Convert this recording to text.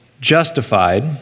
justified